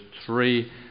three